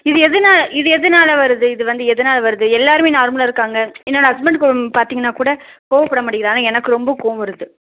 இது எதனால இது எதனால வருது இது வந்து எதனால வருது எல்லோருமே நார்மலாக இருக்காங்க என்னோடய ஹஸ்பண்டுக்கு பார்த்தீங்கன்னா கூட கோவப்பட மாட்டேங்கிறார் ஆனால் எனக்கு ரொம்ப கோபம் வருது